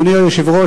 אדוני היושב-ראש,